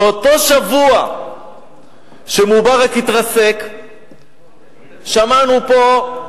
באותו שבוע שמובארק התרסק שמענו פה,